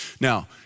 Now